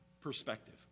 perspective